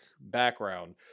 background